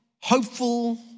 hopeful